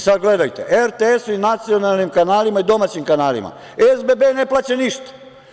Sada gledajte, RTS-u i nacionalnim kanalima i domaćim kanalima SBB ne plaća ništa.